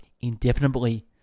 indefinitely